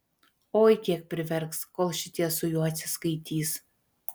oi kiek priverks kol šitie su juo atsiskaitys